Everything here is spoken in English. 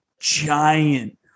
giant